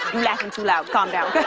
laughing too loud. calm down.